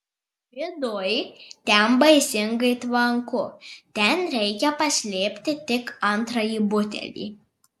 viduj ten baisingai tvanku ten reikia paslėpti tik antrąjį butelį